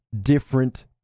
different